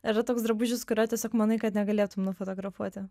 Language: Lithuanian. ar yra toks drabužis kurio tiesiog manai kad negalėtum nufotografuoti